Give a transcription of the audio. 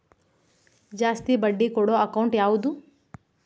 ಜಾಸ್ತಿ ಬಡ್ಡಿ ಕೊಡೋ ಅಕೌಂಟ್ ಯಾವುದು?